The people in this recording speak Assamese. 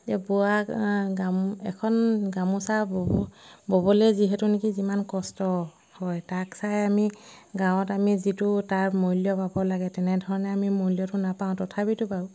যে বোৱা আ গামো এখন গামোচা ব'ব ব'বলৈ যিহেতু নেকি যিমান কষ্ট হয় তাক চাই আমি গাঁৱত আমি যিটো তাৰ মূল্য পাব লাগে তেনেধৰণে আমি মূল্যটো নাপাওঁ তথাপিতো বাৰু